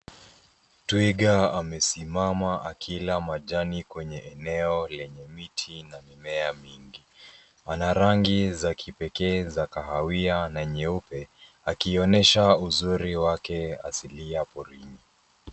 Twiga amesimama akila majani kwenye eneo lenye miti na mimea mingi. Ana rangi za kipekee za kahawia na nyeupe, akionyesha uzuri wake asilia porini.